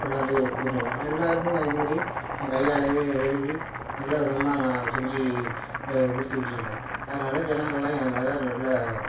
கொண்டாந்து கொடுக்குங்க நான் எல்லாருக்குமே அதே மாதிரி என் கையாலவே எழுதி நல்ல விதமாக நான் செஞ்சு கொடுத்துட்ருக்கேன் அதனால் ஜெனங்கள்லாம் என் மேலே நல்ல